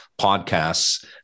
podcasts